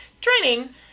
training